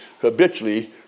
habitually